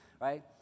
right